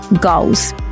goals